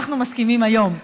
אנחנו מסכימים היום.